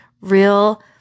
real